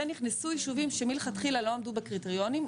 נכנסו ישובים שמלכתחילה לא עמדו בקריטריונים,